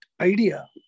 idea